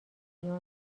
بوده